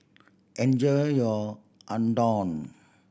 enjoy your Unadon